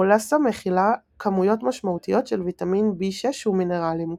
מולסה מכילה כמויות משמעותיות של ויטמין B6 ומינרלים,